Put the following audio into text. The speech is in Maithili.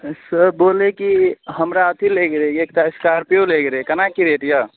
सर बोले कि हमरा अथी लै के रहै एकटा एस्कार्पियो लै के रहै कना कि रेट यऽ